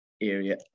area